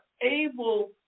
able